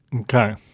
Okay